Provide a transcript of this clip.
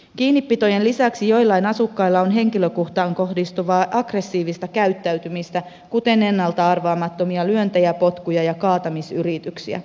kiinnipitojen lisäksi joillain asukkailla on henkilökuntaan kohdistuvaa aggressiivista käyttäytymistä kuten ennalta arvaamattomia lyöntejä potkuja ja kaatamisyrityksiä